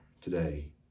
today